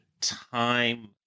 time